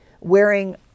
wearing